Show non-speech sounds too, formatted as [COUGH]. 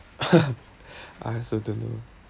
[LAUGHS] I also don't know